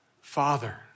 Father